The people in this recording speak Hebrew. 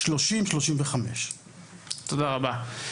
35'. תודה רבה.